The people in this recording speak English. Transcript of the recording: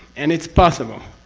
and it's possible,